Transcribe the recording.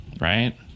right